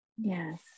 Yes